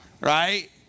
right